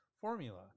formula